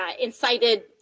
incited